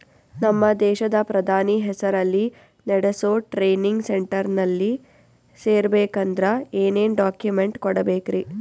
ನಮ್ಮ ದೇಶದ ಪ್ರಧಾನಿ ಹೆಸರಲ್ಲಿ ನೆಡಸೋ ಟ್ರೈನಿಂಗ್ ಸೆಂಟರ್ನಲ್ಲಿ ಸೇರ್ಬೇಕಂದ್ರ ಏನೇನ್ ಡಾಕ್ಯುಮೆಂಟ್ ಕೊಡಬೇಕ್ರಿ?